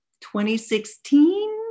2016